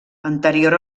anterior